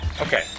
Okay